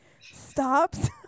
stops